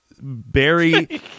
Barry